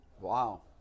Wow